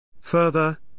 Further